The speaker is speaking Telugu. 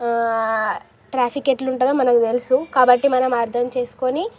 ట్రాఫిక్ ఎట్లుంటదో మనకు తెలుసు కాబట్టి మనం అర్థం చేసుకొని